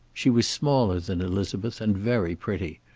she was smaller than elizabeth and very pretty.